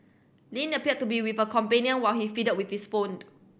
Lin appeared to be with a companion while he fiddled with his boned